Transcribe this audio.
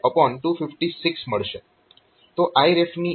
તો Iref ની આ વેલ્યુ 1 ની ઘણી નજીક છે